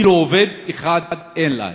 עובד אחד אין להן.